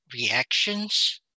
reactions